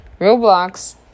Roblox